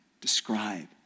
describe